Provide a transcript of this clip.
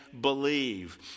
believe